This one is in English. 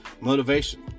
motivation